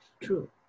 True